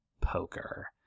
poker